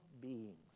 beings